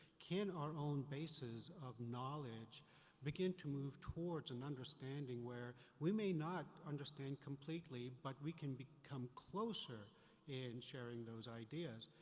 can our own basis of knowledge begin to move towards an and understanding where we may not understand completely but we can become closer in sharing those ideas.